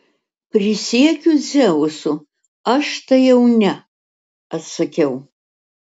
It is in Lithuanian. prisiekiu dzeusu aš tai jau ne atsakiau